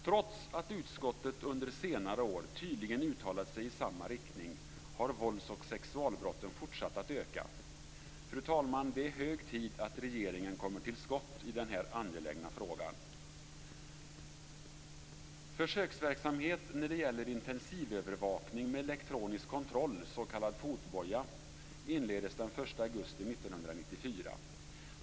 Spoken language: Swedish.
Trots att utskottet under senare år tydligt uttalat sig i samma riktning har vålds och sexualbrotten fortsatt att öka. Fru talman! Det är hög tid att regeringen kommer till skott i denna angelägna fråga. Försöksverksamhet när det gäller intensivövervakning med elektronisk kontroll, s.k. fotboja, inleddes den 1 augusti 1994.